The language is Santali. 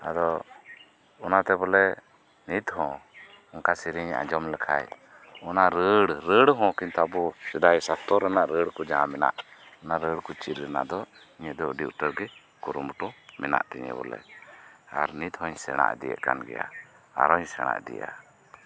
ᱟᱫᱚ ᱚᱱᱟᱛᱮ ᱵᱚᱞᱮ ᱱᱤᱛᱦᱚᱸ ᱚᱱᱠᱟ ᱥᱤᱨᱤᱧ ᱤᱧ ᱟᱸᱡᱚᱢ ᱞᱮᱠᱷᱟᱡ ᱚᱱᱟ ᱨᱟᱹᱲ ᱨᱟᱹᱲᱦᱚᱸ ᱠᱤᱱᱛᱩ ᱟᱵᱩ ᱥᱮᱫᱟᱭ ᱥᱟᱥᱛᱚ ᱨᱮᱱᱟᱜ ᱡᱟᱦᱟᱸ ᱨᱟᱹᱲᱠᱩ ᱢᱮᱱᱟᱜ ᱚᱱᱟ ᱨᱟᱹᱲᱠᱩ ᱪᱤᱫ ᱨᱮᱱᱟᱜ ᱫᱚ ᱤᱧᱟᱹᱜ ᱫᱚ ᱟᱹᱰᱤ ᱩᱛᱟᱹᱨᱜᱤ ᱠᱩᱨᱩᱢᱩᱴᱩ ᱢᱮᱱᱟᱜ ᱛᱤᱧᱟᱹ ᱵᱚᱞᱮ ᱟᱨ ᱱᱤᱛᱦᱚᱧ ᱥᱮᱬᱟ ᱤᱫᱤᱭᱮᱫ ᱠᱟᱱᱜᱮᱭᱟ ᱟᱨᱦᱚᱧ ᱥᱮᱬᱟ ᱤᱫᱤᱭᱟ